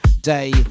day